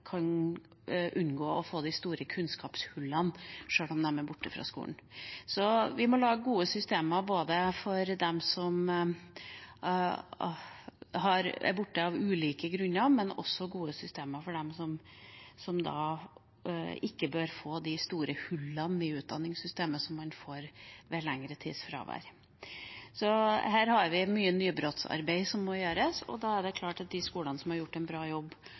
kan unngå å få de store kunnskapshullene. Vi må lage gode systemer for dem som er borte av ulike grunner, også gode systemer for å unngå de store hullene i utdanningen som man får ved lengre tids fravær. Her har vi mye nybrottsarbeid som må gjøres, og da er det klart at de skolene som har gjort en bra jobb,